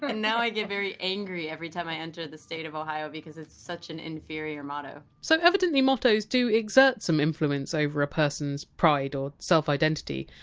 but and now i get very angry every time i enter the state of ohio because it's such an inferior motto so evidently mottos do exert some influence over a person! s pride or self-identity